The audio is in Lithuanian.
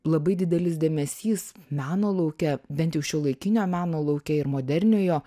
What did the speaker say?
labai didelis dėmesys meno lauke bent jau šiuolaikinio meno lauke ir moderniojo